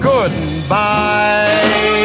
Goodbye